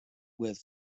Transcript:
with